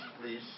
please